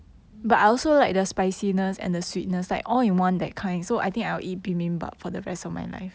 noodles like to slurp